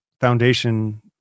foundation